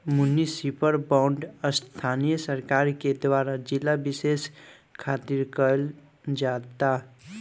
municipal bond स्थानीय सरकार के द्वारा जिला बिशेष खातिर कईल जाता